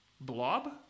Blob